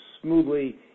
smoothly